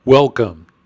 Welcome